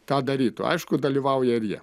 tą darytų aišku dalyvauja ir jie